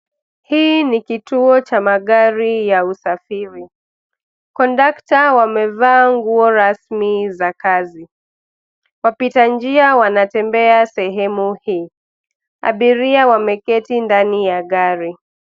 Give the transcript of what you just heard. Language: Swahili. Hii ni kituo cha magari ya usafiri, kondakta wamevaa nguo rasmi za kazi , wapita njia wanapita sehemu hii. Abiria wameketi ndani ya gari.